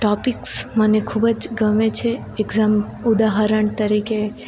topics મને ખૂબ જ ગમે છે એક્ઝામ ઉદાહરણ તરીકે